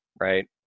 right